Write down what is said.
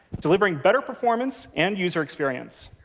delivering better performance and user experience.